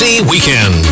weekend